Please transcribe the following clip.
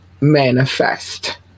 manifest